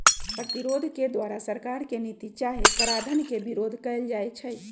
प्रतिरोध के द्वारा सरकार के नीति चाहे कराधान के विरोध कएल जाइ छइ